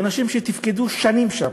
אנשים שתפקדו שנים שם,